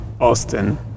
Austin